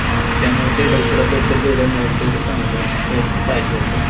हां त्यामुळे ते लवकरात लवकर जेवढं मिळेल तेवढं चांगलं असं पाहिजे होतं